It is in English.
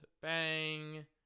bang